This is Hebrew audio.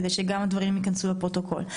כדי שהדברים ייכנסו לפרוטוקול,